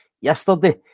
yesterday